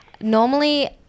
normally